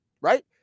right